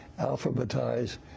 alphabetize